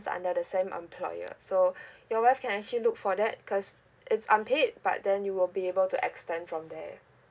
under the same employer so your wife can actually look for that because it's unpaid but then you will be able to extend from there